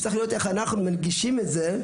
וצריך לראות איך אנחנו מנגישים את זה,